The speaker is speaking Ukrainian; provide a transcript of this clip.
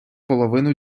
половину